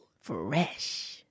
Fresh